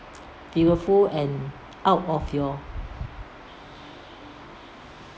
out of your